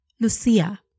Lucia